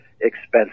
expensive